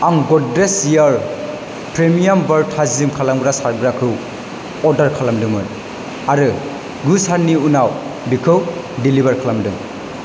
आं Godrej air premium bar थाजिम खालामग्रा सारग्राखौ अर्डार खालामदोंमोन आरो गु साननि उनाव बेखौ डेलिबार खालामदों